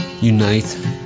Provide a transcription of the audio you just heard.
unite